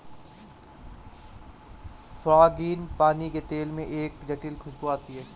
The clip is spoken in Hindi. फ्रांगीपानी के तेल में एक जटिल खूशबू आती है